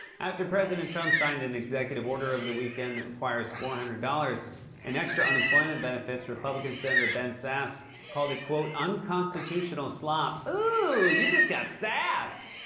after president trump signed an executive order over the weekend that requires four hundred dollars in extra unemployment benefits, republican senator ben sasse called it unconstitutional slop. ew, you just got sassed.